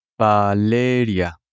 Valeria